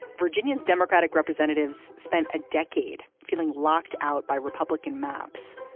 virginia's democratic representatives spent a decade feeling locked out by republican maps.